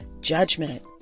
Judgment